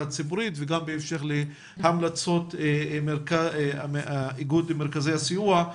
הציבורית וגם בהמשך להמלצות איגוד מרכזי הסיוע.